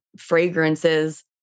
fragrances